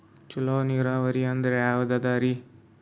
ಚಲೋ ನೀರಾವರಿ ಅಂದ್ರ ಯಾವದದರಿ?